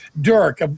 Dirk